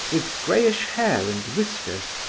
with greyish hair and whiskers,